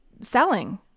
selling